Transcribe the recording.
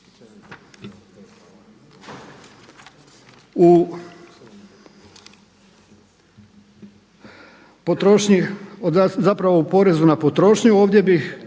U potrošnji, zapravo u porezu na potrošnju, ovdje bih